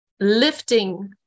lifting